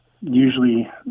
usually